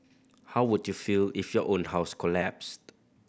how would you feel if your own house collapsed